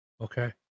Okay